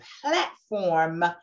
platform